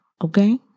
okay